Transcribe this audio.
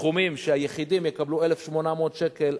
בסכומים שהיחידים יקבלו 1,800 שקל,